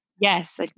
Yes